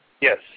Yes